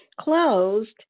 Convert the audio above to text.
closed